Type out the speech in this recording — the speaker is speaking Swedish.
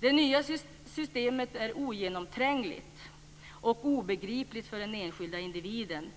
Det nya systemet är ogenomträngligt och obegripligt för den enskilde individen.